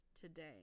today